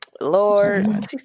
Lord